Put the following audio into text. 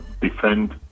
defend